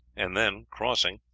and then crossing,